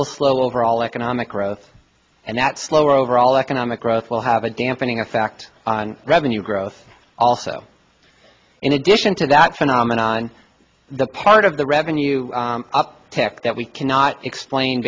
will slow overall economic growth and that slower overall economic growth will have a dampening effect on revenue growth also in addition to that phenomenon the part of the revenue up tech that we cannot explain